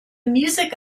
music